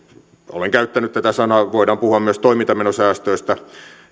olen käyttänyt tätä sanaa voidaan puhua myös toimintamenosäästöistä